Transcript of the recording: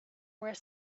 were